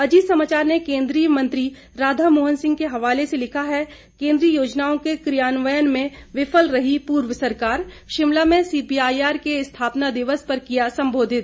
अजीत समाचार ने केंद्रीय मंत्री राधा मोहन सिंह के हवाले से लिखा है केंद्रीय योजनाओं के कियान्वयन में विफल रही पूर्व सरकार शिमला में सीपीआईआर के स्थापना दिवस पर किया संबोधित